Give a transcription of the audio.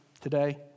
today